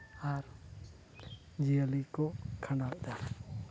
ᱟᱨ ᱡᱤᱭᱟᱹᱞᱤ ᱠᱷᱟᱸᱰᱟᱣᱮᱜᱼᱟ